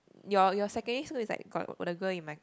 your your secondary school is like got the girl in my